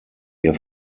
ihr